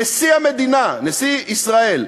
נשיא המדינה, נשיא ישראל,